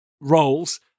roles